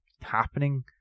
happening